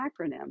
acronym